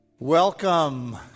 Welcome